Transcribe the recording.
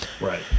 right